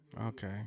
Okay